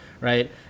right